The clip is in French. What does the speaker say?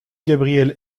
gabriel